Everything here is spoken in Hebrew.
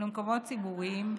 ולמקומות ציבוריים,